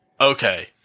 Okay